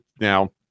now